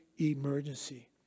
emergency